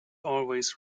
always